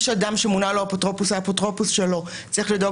או אם יש אדם שמונה לו אפוטרופוס שצריך לדאוג